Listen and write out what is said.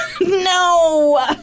No